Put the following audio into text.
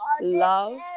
love